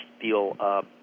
feel